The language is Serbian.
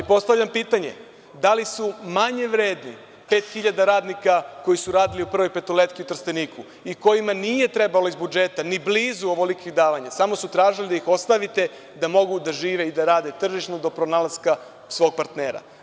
Postavljam pitanje – da li su manje vredni pet hiljada radnika koji su radili u „Prvoj petoletki“ u Trsteniku i kojima nije trebalo iz budžeta ni blizu ovoliko davanja, samo su tražili da ih ostavite da mogu da žive i da rade tržišno do pronalaska svog partnera?